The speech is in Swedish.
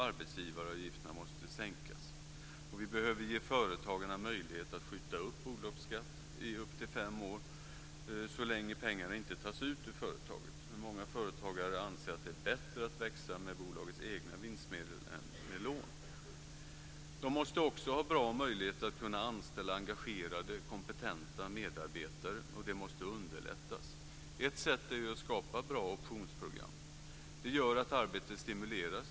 Arbetsgivaravgifterna måste också sänkas. Vi behöver ge företagarna möjlighet att skjuta upp bolagsskatt i upp till fem år, så länge pengarna inte tas ut ur företaget. Många företagare anser att det är bättre att växa med bolagets egna vinstmedel än med lån. Företagarna måste också ha bra möjligheter att kunna anställa engagerade, kompetenta medarbetare, och det måste underlättas. Ett sätt är att skapa bra optionsprogram. Det gör att arbetet stimuleras.